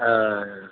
ആ